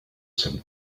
some